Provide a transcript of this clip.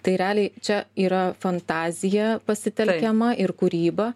tai realiai čia yra fantazija pasitelkiama ir kūryba